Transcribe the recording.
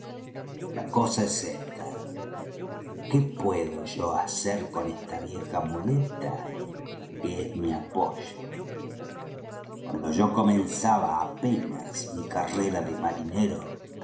la cosa es esta qué puedo yo hacer con esta vieja muleta que es mi apoyo cuando yo comenzaba apenas mi carrera de marinero